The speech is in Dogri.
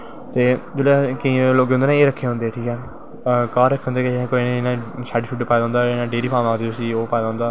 ते केंईयैं लोकें ना एह् रक्खे दे होंदे घर रक्खे दे होंदे शैड्ड शुड्ड पाये दा होंदा डेरी फार्म ते उसी एह् पाए दा होंदा